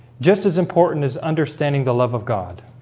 just as important as understanding the love of god